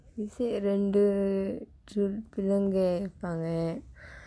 he say இரண்டு:irandu chil~ பிள்ளைகள் இருப்பாங்க:pillaikal iruppaangka